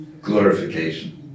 glorification